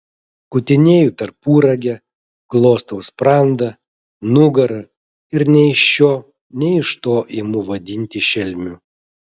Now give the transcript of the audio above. kutinėju tarpuragę glostau sprandą nugarą ir nei iš šio nei iš to imu vadinti šelmiu